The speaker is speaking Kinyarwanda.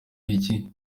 iki